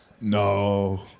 No